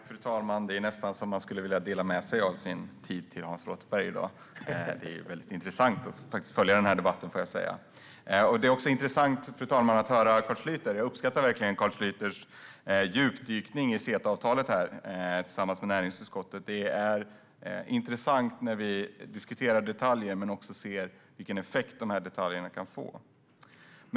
Fru talman! Man skulle nästan vilja dela med sig av sin tid till Hans Rothenberg i dag; det är väldigt intressant att följa denna debatt. Det är också intressant, fru talman, att höra Carl Schlyter. Jag uppskattar verkligen hans djupdykning i CETA-avtalet, tillsammans med näringsutskottet. Det är intressant när vi diskuterar detaljer och också ser vilken effekt de kan få.